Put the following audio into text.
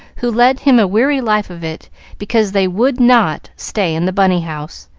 who led him a weary life of it because they would not stay in the bunny-house,